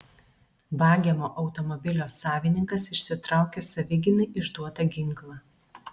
vagiamo automobilio savininkas išsitraukė savigynai išduotą ginklą